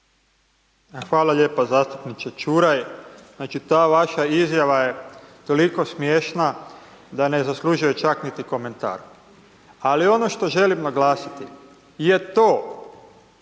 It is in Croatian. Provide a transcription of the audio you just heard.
Hvala lijepa zastupniče Čuraj. Znači ta vaša izjava je toliko smiješna da ne zaslužuje čak niti komentar. Ali ono što želim naglasiti je to